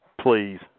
Please